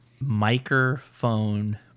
Microphone